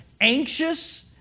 anxious